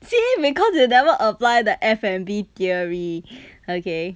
maybe because you never apply the F&B theory okay